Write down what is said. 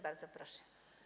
Bardzo proszę.